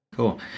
Cool